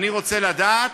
אני רוצה לדעת: